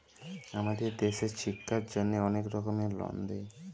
আমাদের দ্যাশে ছিক্ষার জ্যনহে অলেক রকমের লল দেয়